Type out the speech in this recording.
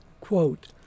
Quote